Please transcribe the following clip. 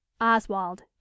Oswald